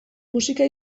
musika